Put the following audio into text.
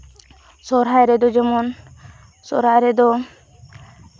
ᱥᱚᱨᱦᱟᱭ ᱨᱮᱫᱚ ᱡᱮᱢᱚᱱ ᱥᱚᱨᱦᱟᱭ ᱨᱮᱫᱚ